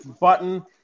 button